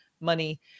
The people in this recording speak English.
money